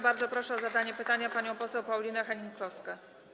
Bardzo proszę o zadanie pytania panią poseł Paulinę Hennig-Kloskę.